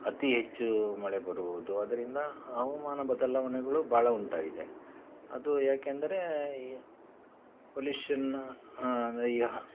ಅತಿ ಹೆಚ್ಚು ಮಳೆ ಬರುವುದು ಅದರಿಂದ ಹವಾಮಾನ ಬದಲಾವಣೆಗಳು ಭಾಳ ಉಂಟಾಗಿದೆ ಅದು ಏಕೆಂದರೆ ಈ ಪೊಲ್ಯೂಷನ್ ಅಂದರೆ ಈಗ